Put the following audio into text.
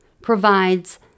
provides